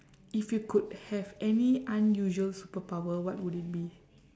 if you could have any unusual superpower what would it be